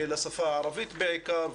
לשפה הערבית בעיקר,